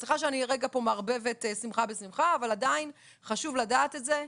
סליחה שאני רגע פה מערבבת שמחה בשמחה אבל עדיין חשוב לדעת את זה,